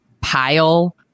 pile